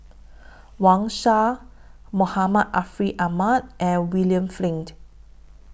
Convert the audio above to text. Wang Sha Muhammad Ariff Ahmad and William Flint